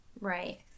Right